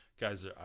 Guys